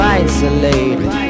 isolated